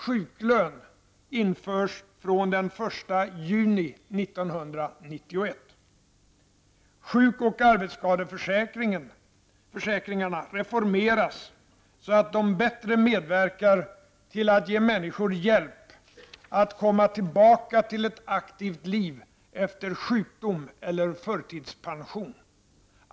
Sjuk och arbetsskadeförsäkringarna reformeras, så att de bättre medverkar till att ge människor hjälp att komma tillbaka till ett aktivt liv efter sjukdom eller förtidspension.